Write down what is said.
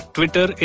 Twitter